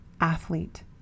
athlete